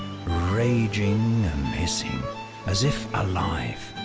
raging and hissing, as if alive.